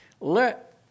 Let